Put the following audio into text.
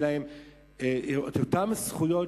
יהיו להם אותן זכויות,